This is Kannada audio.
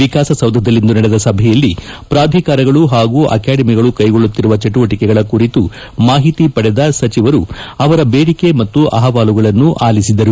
ವಿಕಾಸಸೌಧದಲ್ಲಿಂದು ನಡೆದ ಸಭೆಯಲ್ಲಿ ಪ್ರಾಧಿಕಾರಗಳು ಹಾಗೂ ಅಕಾಡೆಮಿಗಳು ಕೈಗೊಳ್ಳುತ್ತಿರುವ ಚಟುವಟಕೆಗಳ ಕುರಿತು ಮಾಹಿತಿ ಪಡೆದ ಸಚಿವರು ಅವರ ಬೇಡಿಕೆ ಮತ್ತು ಅಹವಾಲುಗಳನ್ನು ಆಲಿಸಿದರು